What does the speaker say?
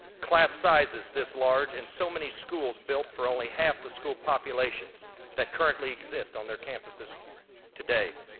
class sizes this large, and so many schools built for only half the school populations that currently exist on their campuses today.